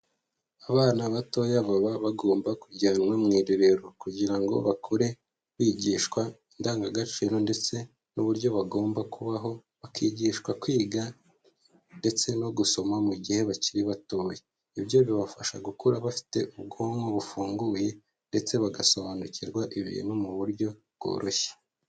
Abana batoya baba bagomba kujyanwa mu irerero kugira ngo bakure bigishwa indangagaciro ndetse n'uburyo bagomba kubaho, bakigishwa kwiga ndetse no gusoma mu gihe bakiri batoya. Ibyo bibafasha gukura bafite ubwonko bufunguye ndetse bagasobanukirwa ibintu mu buryo bworoshye.